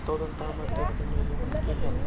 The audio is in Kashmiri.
توٚتَن تامَتھ دیُت نہٕ مےٚ یِمَن کِہیٖنۍ